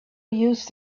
used